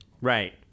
Right